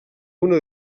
una